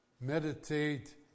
Meditate